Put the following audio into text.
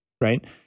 right